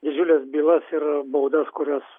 didžiules bylas ir baudas kurios